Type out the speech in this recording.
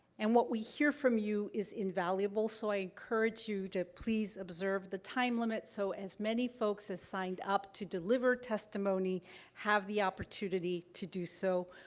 and what we hear from you is invaluable, so i encourage you to please observe the time limit so as many folks as signed up to deliver testimony have the opportunity to do so.